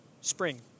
spring